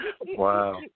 Wow